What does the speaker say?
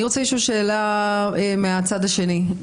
אני רוצה לשאול שאלה מהצד השני,